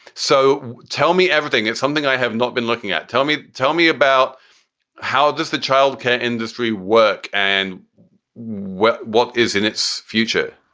so tell me everything. it's something i have not been looking at. tell me tell me about how does the childcare industry work and what what is in its future?